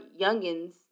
youngins